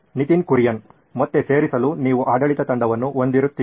ನಿತಿನ್ ಕುರಿಯನ್ ಮತ್ತು ಸೇರಿಸಲು ನೀವು ಆಡಳಿತ ತಂಡವನ್ನು ಹೊಂದಿರುತ್ತೀರಿ